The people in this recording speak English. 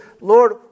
Lord